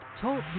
talk